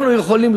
אנחנו יכולים,